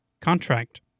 contract